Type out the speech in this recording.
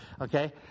Okay